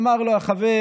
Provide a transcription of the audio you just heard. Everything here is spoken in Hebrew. אמר לו החבר: